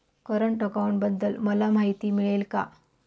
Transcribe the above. Current अकाउंटबद्दल मला माहिती मिळेल का?